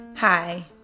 Hi